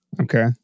Okay